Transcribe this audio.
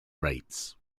rates